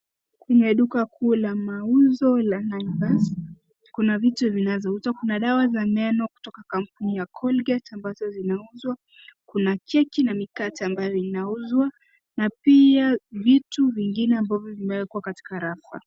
Kuna duka kuu la mauzo la Naivas. Kuna viti vzinazouzwa, Kuna dawa ya meno kutoka kampuni ya Colgate ambazo zinauzwa, Kuna keki na mikate ambayo inauzwa, na pia vitu vingine ambavyo vimewekwa katika rafa.